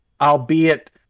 Albeit